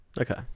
okay